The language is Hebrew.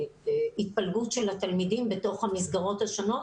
ההתפלגות של התלמידים בתוך המסגרות השונות,